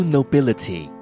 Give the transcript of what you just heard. Nobility